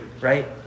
right